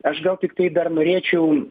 aš gal tiktai dar norėčiau